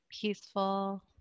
peaceful